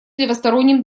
левосторонним